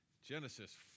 Genesis